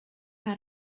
how